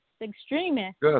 extremists